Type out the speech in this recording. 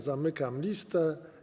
Zamykam listę.